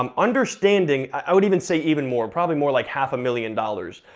um understanding, i would even say even more, probably more like half a million dollars.